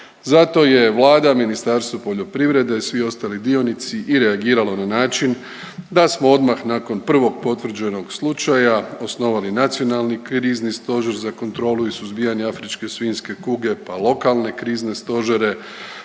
Zato je Vlada, Ministarstvo poljoprivrede, svi ostali dionici i reagiralo na način da smo odmah nakon prvog potvrđenog slučaja osnovali Nacionalni krizni stožer za kontrolu i suzbijanje afričke svinjske kuge, pa lokalne krizne stožere,